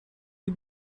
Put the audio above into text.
the